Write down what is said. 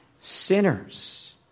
sinners